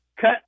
Cut